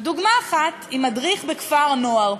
דוגמה אחת היא מדריך בכפר-נוער,